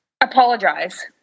apologize